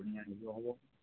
ধুনীয়া আহিব হ'ব